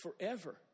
forever